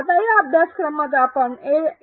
आता या अभ्यासक्रमात आपण ए